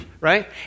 Right